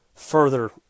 Further